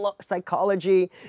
psychology